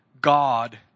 God